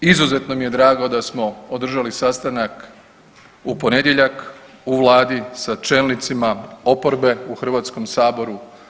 Izuzetno mi je drago da smo održali sastanak u ponedjeljak u vladi sa čelnicima oporbe u Hrvatskom saboru.